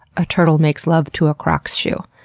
a turtle makes love to a crocs shoe.